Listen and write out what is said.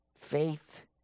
Faith